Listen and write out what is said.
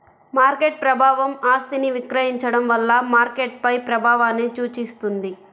market ప్రభావం ఆస్తిని విక్రయించడం వల్ల మార్కెట్పై ప్రభావాన్ని సూచిస్తుంది